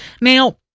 now